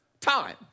time